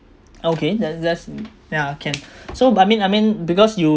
okay yeah that's mm yeah can so but I mean I mean because you